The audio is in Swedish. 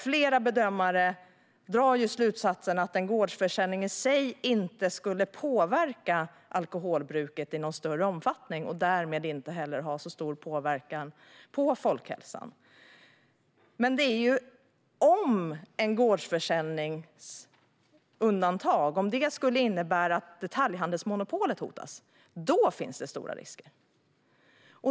Flera bedömare drar slutsatsen att gårdsförsäljning inte i sig skulle påverka alkoholbruket i någon större omfattning och därmed inte ha så stor påverkan på folkhälsan. Men om ett gårdsförsäljningsundantag skulle innebära att detaljhandelsmonopolet hotas finns det stora risker.